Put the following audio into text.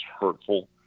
hurtful